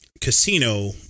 casino